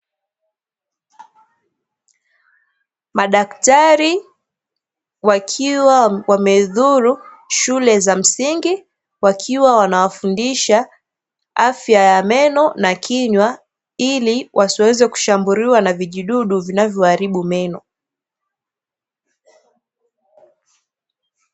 Madaktari wakiwa wameudhuru shule za msingi wakiwa wanawafundisha afya ya meno na kinywa, ili wasiweze kushambuliwa na vijidudu vinavyoharibu meno.